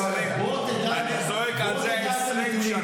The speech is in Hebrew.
בוא תדע את הנתונים.